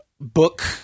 book